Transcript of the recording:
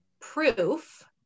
proof